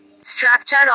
Structure